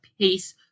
pace